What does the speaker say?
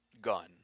gun